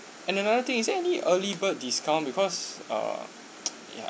and another thing is any early bird discount because uh ya